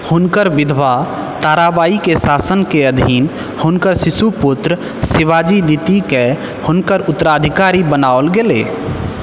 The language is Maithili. हुनकर विधवा ताराबाइके शासनके अधीन हुनकर शिशु पुत्र शिवाजी द्वितीएके हुनकर उत्तराधिकारी बनाओल गेलै